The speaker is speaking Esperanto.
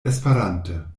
esperante